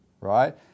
right